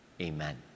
Amen